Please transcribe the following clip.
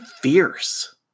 fierce